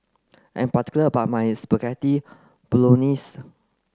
I'm particular about my Spaghetti Bolognese